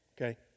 okay